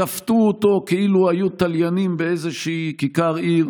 שפטו אותו כאילו היו תליינים באיזושהי כיכר עיר,